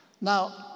Now